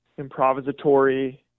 improvisatory